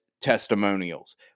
testimonials